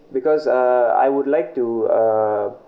because uh I would like to uh